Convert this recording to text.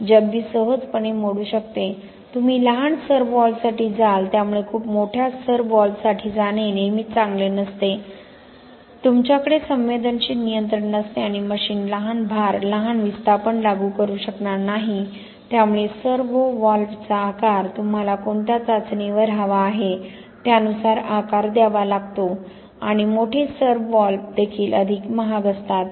जे अगदी सहजपणे मोडू शकते तुम्ही लहान सर्व्होव्हॉल्व्हसाठी जाल त्यामुळे खूप मोठ्या सर्व्हव्हॉल्व्हसाठी जाणे नेहमीच चांगले नसते तुमच्याकडे संवेदनशील नियंत्रण नसते आणि मशीन लहान भार लहान विस्थापन लागू करू शकणार नाही त्यामुळे सर्व्होव्हॉल्व्हचा आकार तुम्हाला कोणत्या चाचणीवर हवा आहे त्यानुसार आकार द्यावा लागतो आणि मोठे सर्व्हव्हॉल्व्ह देखील अधिक महाग असतात